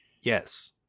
Yes